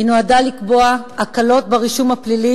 היא נועדה לקבוע הקלות ברישום הפלילי